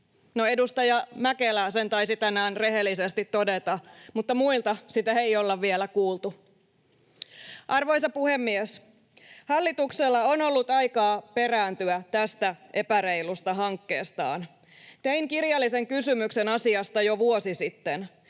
edustaja Mäkelä sen taisi tänään rehellisesti todeta, mutta muilta sitä ei olla vielä kuultu. Arvoisa puhemies! Hallituksella on ollut aikaa perääntyä tästä epäreilusta hankkeestaan. Tein kirjallisen kysymyksen asiasta jo vuosi sitten.